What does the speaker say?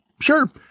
Sure